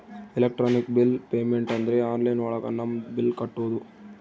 electronic bill payment ಅಂದ್ರೆ online ಒಳಗ ನಮ್ ಬಿಲ್ ಕಟ್ಟೋದು